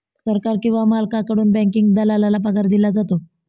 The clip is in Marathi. सरकार किंवा मालकाकडून बँकिंग दलालाला पगार दिला जातो